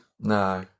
No